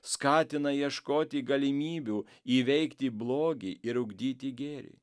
skatina ieškoti galimybių įveikti blogį ir ugdyti gėrį